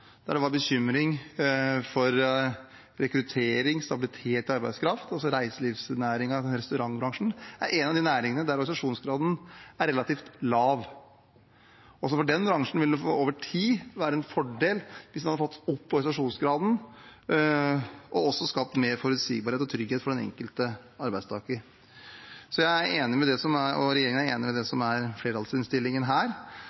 der det var bekymring for rekruttering og stabilitet med tanke på arbeidskraft, altså reiselivsnæringen og restaurantbransjen, er en av de næringene der organisasjonsgraden er relativt lav. Også for den bransjen ville det over tid vært en fordel hvis man hadde fått opp organisasjonsgraden, og også skapt mer forutsigbarhet og trygghet for den enkelte arbeidstaker. Regjeringen er enig i flertallsinnstillingen, og årets lønnsoppgjør og